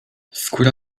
skóra